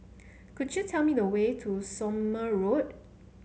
could you tell me the way to Somme Road